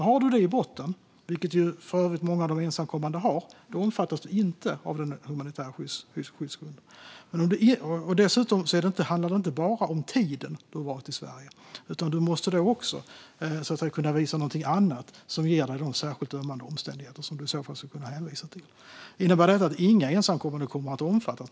Har man det i botten, vilket för övrigt många av de ensamkommande har, omfattas man inte av den humanitära skyddsgrunden. Dessutom handlar det inte bara om tiden man har varit i Sverige, utan man måste också kunna visa någonting annat som ger en de särskilt ömmande omständigheter som man i så fall ska kunna hänvisa till. Innebär detta att inga ensamkommande kommer att omfattas?